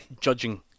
Judging